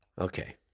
Okay